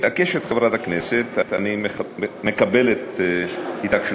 מתעקשת חברת הכנסת, ואני מקבל את התעקשותה.